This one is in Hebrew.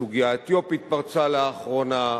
הסוגיה האתיופית פרצה לאחרונה,